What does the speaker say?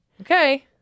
Okay